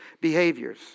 behaviors